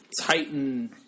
Titan